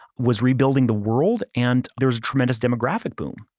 was rebuilding the world, and there's a tremendous demographic boom.